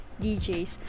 DJs